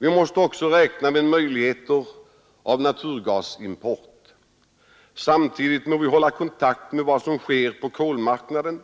Vi måste även räkna med möjligheter till naturgasimport. Samtidigt får vi hålla kontakt med vad som sker på kolmarknaden.